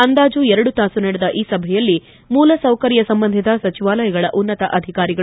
ಅಂದಾಜು ಎರಡು ತಾಸು ನಡೆದ ಈ ಸಭೆಯಲ್ಲಿ ಮೂಲಸೌಕರ್ಯ ಸಂಬಂಧಿತ ಸಚಿವಾಲಯಗಳ ಉನ್ನತಾಧಿಕಾರಿಗಳು